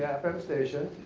fm station.